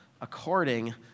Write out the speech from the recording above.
according